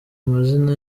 mazina